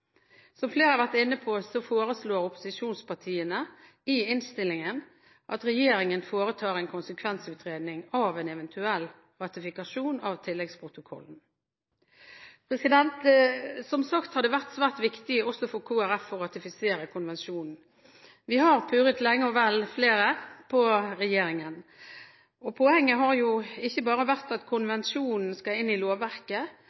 Som flere har vært inne på, foreslår opposisjonspartiene i innstillingen at regjeringen foretar en konsekvensutredning av en eventuell ratifikasjon av tilleggsprotokollen. Som sagt har det vært svært viktig også for Kristelig Folkeparti å ratifisere konvensjonen. Vi har vært flere som har purret lenge og vel på regjeringen. Poenget har ikke bare vært at